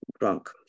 drunk